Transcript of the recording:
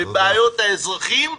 בבעיות האזרחים.